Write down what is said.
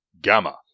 Gamma